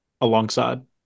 alongside